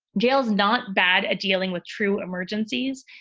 jail's not bad at dealing with true emergencies,